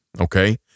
okay